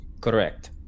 Correct